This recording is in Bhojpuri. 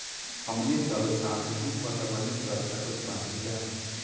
हमनी सब सतही पटवनी क सकतऽ बानी जा